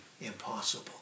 impossible